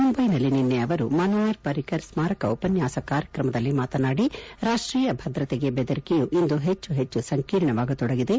ಮುಂಬೈನಲ್ಲಿ ನಿನ್ನೆ ಅವರು ಮನೋಹರ್ ಪರಿಕ್ಕರ ಸ್ತಾರಕ ಉಪನ್ನಾಸ ಕಾರ್ಯಕ್ರಮದಲ್ಲಿ ಮಾತನಾಡಿ ರಾಷ್ಷೀಯ ಭದ್ರತೆಗೆ ಬೆದರಿಕೆಯು ಇಂದು ಹೆಚ್ಚು ಹೆಚ್ಚು ಸಂಕೀರ್ಣವಾಗತೊಡಗಿದೆ